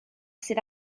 sydd